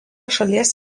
šalies